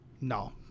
No